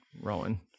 Rowan